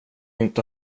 inte